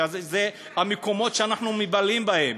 אלה המקומות שאנחנו מבלים בהם.